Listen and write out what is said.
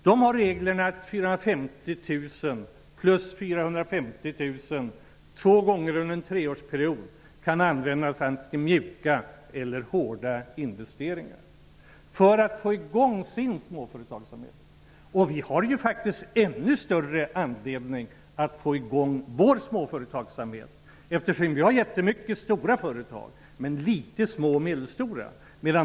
De har regeln att 450 000 kan användas till antingen mjuka eller hårda investeringar två gånger under en treårsperiod. Denna regel har man infört för att få i gång sin småföretagsamhet, och EU har ändå många små och medelstora företag. Vi har ännu större anledning att försöka få i gång vår småföretagsamhet.